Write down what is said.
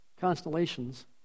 constellations